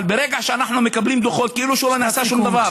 אבל ברגע שאנחנו מקבלים דוחות כאילו לא נעשה שום דבר,